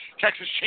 Texas